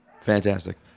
Fantastic